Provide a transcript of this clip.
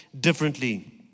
differently